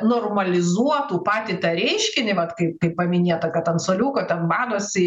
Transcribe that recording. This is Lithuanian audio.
normalizuotų patį tą reiškinį vat kaip kaip paminėta kad ant suoliuko ten badosi